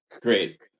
great